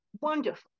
wonderful